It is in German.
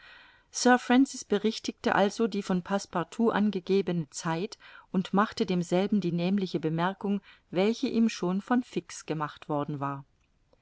francis berichtigte also die von passepartout angegebene zeit und machte demselben die nämliche bemerkung welche ihm schon von fix gemacht worden war